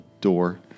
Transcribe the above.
door